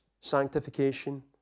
sanctification